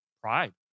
pride